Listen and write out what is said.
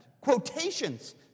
quotations